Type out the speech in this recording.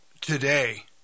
today